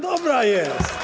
Dobra jest.